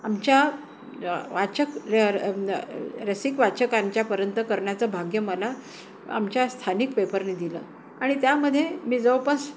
आमच्या वाचक आ व रसीक वाचकांच्यापर्यंत करण्याचं भाग्य मला आमच्या स्थानिक पेपरने दिलं आणि त्यामध्ये मी जवळपास